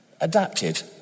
adapted